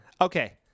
Okay